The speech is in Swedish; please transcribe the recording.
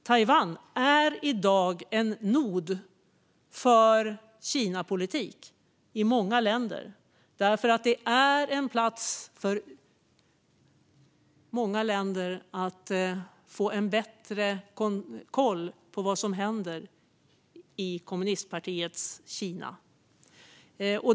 Taiwan är i dag i många länder en nod för Kinapolitik. Det är en plats för många länder att få bättre koll på vad som händer i kommunistpartiets Kina.